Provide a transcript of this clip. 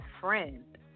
friend